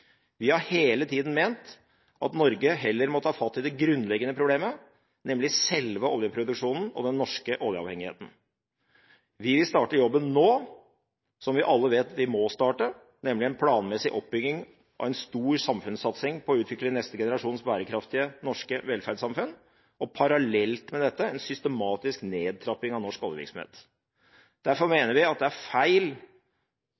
Vi har hele tiden ment at Norge heller må ta fatt i det grunnleggende problemet, nemlig selve oljeproduksjonen og den norske oljeavhengigheten. Vi vil starte jobben nå, som vi alle vet vi må starte, nemlig en planmessig oppbygging av en stor samfunnssatsing på å utvikle neste generasjons bærekraftige norske velferdssamfunn og parallelt med dette en systematisk nedtrapping av norsk oljevirksomhet. Derfor